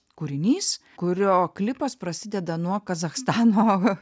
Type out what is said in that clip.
kūrinys kurio klipas prasideda nuo kazachstano